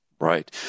Right